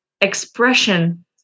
Expression